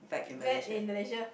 met in Malaysia